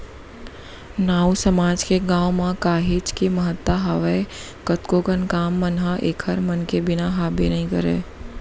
नाऊ समाज के गाँव म काहेच के महत्ता हावय कतको कन काम मन ह ऐखर मन के बिना हाबे नइ करय